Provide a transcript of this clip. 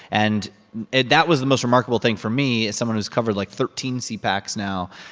and and that was the most remarkable thing for me, as someone who's covered, like, thirteen cpacs now,